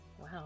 wow